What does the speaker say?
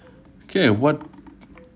okay what